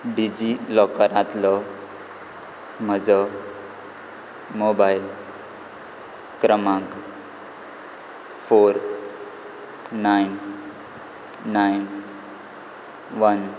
डिजी लॉकरांतलो म्हजो मोबायल क्रमांक फोर नायन नायन वन